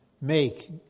make